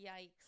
yikes